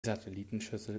satellitenschüssel